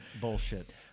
bullshit